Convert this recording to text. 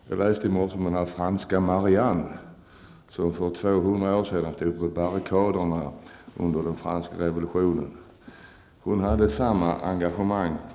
Jag läste i morse om den franska Marianne, som stod på barrikaderna under den franska revolutionen för 200 år sedan.